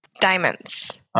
diamonds